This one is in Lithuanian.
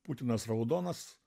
putinas raudonas